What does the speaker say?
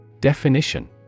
Definition